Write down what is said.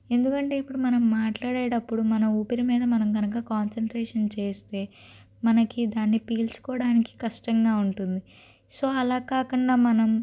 ఎందుకంటే ఇప్పుడు మనం మాట్లాడేటప్పుడు మన ఊపిరి మీద మనం కనుక కాన్సన్ట్రేషన్ చేస్తే మనకి దాన్ని పీల్చుకోవడానికి కష్టంగా ఉంటుంది సో అలా కాకుండా మనం